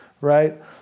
right